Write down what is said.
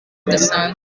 budasanzwe